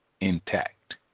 intact